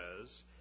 says